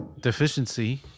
deficiency